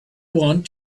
want